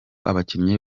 abakinnyi